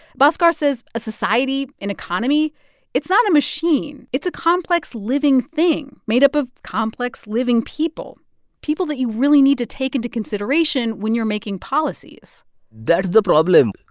bhaskar says a society, an economy it's not a machine. it's a complex, living thing made up of complex, living people people that you really need to take into consideration when you're making policies that's the problem.